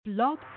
blog